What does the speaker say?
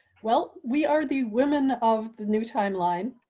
well, we are the women of the new timeline,